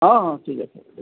অঁ অঁ ঠিক আছে ঠিক আছে